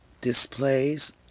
displays